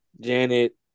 Janet